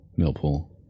Millpool